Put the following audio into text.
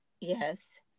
yes